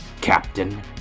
Captain